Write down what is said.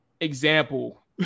example